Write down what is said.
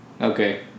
okay